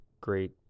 great